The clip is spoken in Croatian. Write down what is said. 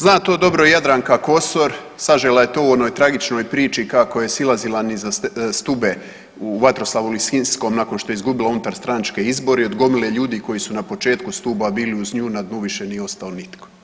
Zna to dobro i Jadranka Kosor sažela je to u onoj tragičnoj priči kako je silazila niza stube u Vatroslavu Lisinskom nakon što je izgubila unutarstranačke izbore i od gomile ljudi koji su na početku stuba bili uz nju na dnu više nije ostao nitko.